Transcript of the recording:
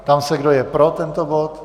Ptám se, kdo je pro tento bod.